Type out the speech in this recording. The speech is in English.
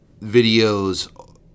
videos